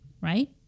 right